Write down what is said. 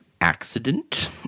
accident